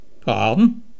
Pardon